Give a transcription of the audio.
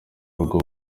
rugo